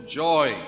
joy